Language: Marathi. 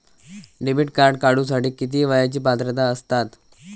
डेबिट कार्ड काढूसाठी किती वयाची पात्रता असतात?